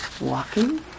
walking